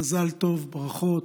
מזל טוב, ברכות,